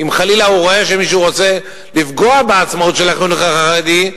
אם חלילה הוא רואה שמישהו רוצה לפגוע בעצמאות של החינוך החרדי,